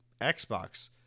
Xbox